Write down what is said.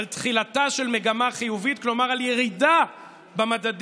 על תחילתה של מגמה חיובית, כלומר על ירידה במדדים.